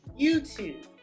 YouTube